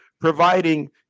Providing